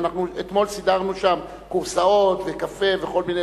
אתמול סידרנו שם כורסאות וקפה וכל מיני